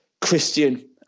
christian